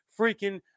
freaking